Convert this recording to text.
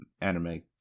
anime